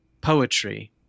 poetry